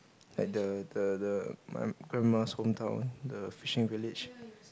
and the the the my grandma's hometown the fishing village